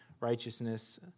righteousness